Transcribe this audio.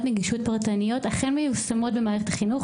נגישות פרטנית אכן מיושמות במערכת החינוך,